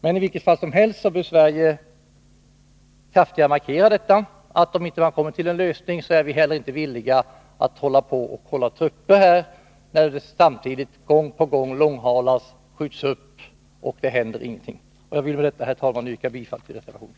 Men i vilket fall som helst bör Sverige kraftigare markera, att om man inte kommer till en lösning är vi inte heller villiga att hålla trupper på Cypern, eftersom det hela långhalas och skjuts upp och ingenting händer. Jag vill, herr talman, med detta yrka bifall till reservationen.